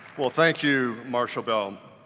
well thank you marshal bell,